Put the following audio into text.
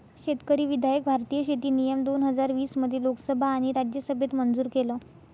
शेतकरी विधायक भारतीय शेती नियम दोन हजार वीस मध्ये लोकसभा आणि राज्यसभेत मंजूर केलं